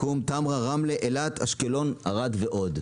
רמלה, אילת, אשקלון, ערד ועוד.